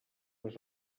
les